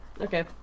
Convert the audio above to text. Okay